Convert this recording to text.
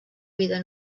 vida